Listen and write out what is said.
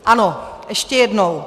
Ano, ještě jednou.